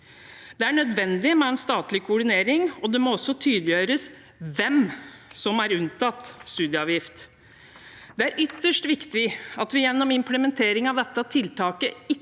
Det er nødvendig med en statlig koordinering, og det må også tydeliggjøres hvem som er unntatt studieavgift. Det er ytterst viktig at vi gjennom implementering av dette tiltaket